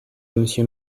monsieur